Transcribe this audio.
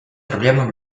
проблемой